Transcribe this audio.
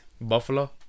Buffalo